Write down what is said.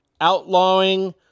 outlawing